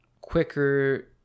quicker